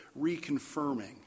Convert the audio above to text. reconfirming